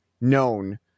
known